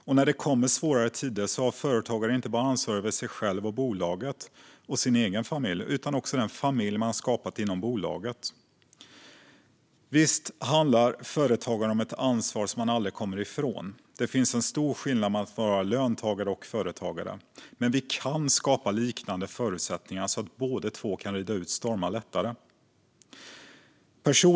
Och när det kommer svårare tider har företagaren ansvar inte bara för sig själv, bolaget och sin egen familj utan också för den familj man skapat inom bolaget. Företagande handlar om ett ansvar som man aldrig kommer ifrån. Det är stor skillnad mellan att vara löntagare och företagare. Men vi kan skapa liknande förutsättningar så att båda kan rida ut stormar lättare.